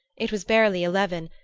it was barely eleven,